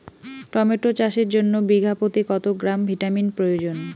Tomato চাষের জন্য বিঘা প্রতি কত গ্রাম ভিটামিন প্রয়োজন?